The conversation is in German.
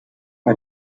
bei